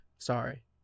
Sorry